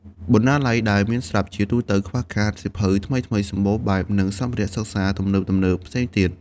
បណ្ណាល័យដែលមានស្រាប់ជាទូទៅខ្វះខាត សៀវភៅថ្មីៗ សម្បូរបែប និងសម្ភារៈសិក្សា ទំនើបៗផ្សេងទៀត។